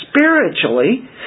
spiritually